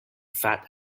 fat